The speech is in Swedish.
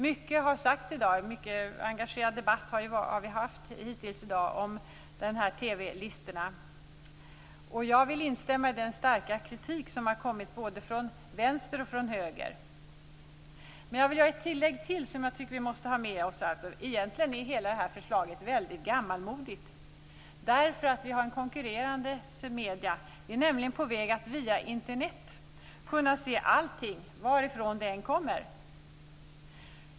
Mycket har sagts här i dag, och hittills har det ju varit en mycket engagerad debatt om TV-listorna. Jag vill instämma i den starka kritik som har kommit från både vänster och höger, och sedan har jag ett tillägg till som jag tycker att vi måste ha med oss, nämligen att hela förslaget egentligen är väldigt gammmalmodigt. Vi har nämligen en konkurrent i medierna. Vi är ju på väg att via Internet kunna se allting, varifrån det än kommer.